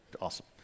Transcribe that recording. Awesome